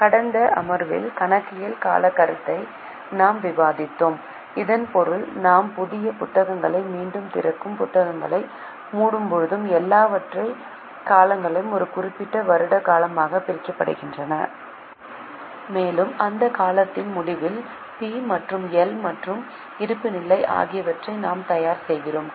கடந்த அமர்வில் கணக்கியல் காலக் கருத்தை நாம் விவாதித்தோம் இதன் பொருள் நாம் புதிய புத்தகங்களை மீண்டும் திறக்கும் புத்தகங்களை மூடும்போது எல்லையற்ற காலங்கள் ஒரு குறிப்பிட்ட வருட காலமாக பிரிக்கப்படுகின்றன மேலும் அந்தக் காலத்தின் முடிவில் பி மற்றும் எல் மற்றும் இருப்புநிலை ஆகியவற்றை நாம் தயார் செய்கிறோம்